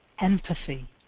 empathy